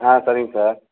ஆ சரிங்க சார்